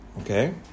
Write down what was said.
Okay